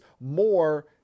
more